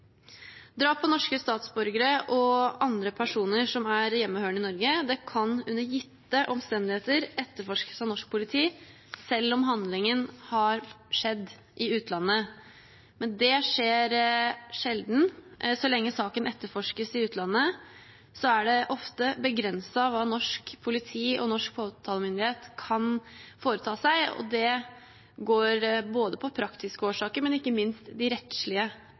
Drap på norske statsborgere og andre personer som er hjemmehørende i Norge, kan under gitte omstendigheter etterforskes av norsk politi selv om handlingen har skjedd i utlandet. Men det skjer sjelden. Så lenge saken etterforskes i utlandet, er det ofte begrenset hva norsk politi og norsk påtalemyndighet kan foreta seg. Det går på praktiske årsaker, men ikke minst de rettslige